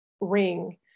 ring